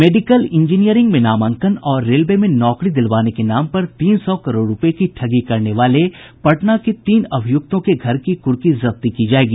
medical engineering में नामांकन और रेलवे में नौकरी दिलवाने के नाम पर तीन सौ करोड़ रूपये की ठगी करने वाले पटना के तीन अभिय्क्तों के घर की कुर्की जब्ती की जायेगी